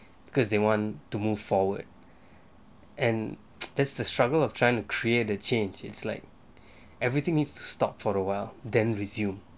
because they want to move forward and that's the struggle of trying to create the change it's like everything needs to stop for awhile then resume